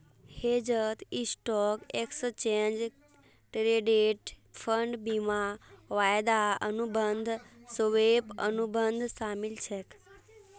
हेजत stock, exchange traded fund, बीमा, वायदा अनुबंध, स्वैप, अनुबंध शामिल छेक